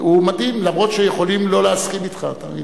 הוא מדהים, אף-על-פי שיכולים לא להסכים אתך.